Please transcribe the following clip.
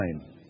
time